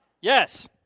Yes